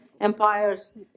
empires